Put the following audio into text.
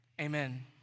amen